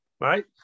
right